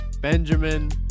Benjamin